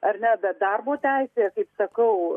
ar net darbo teisėje kaip sakau